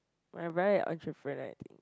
my brother is entrepreneur I think